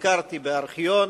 בארכיון,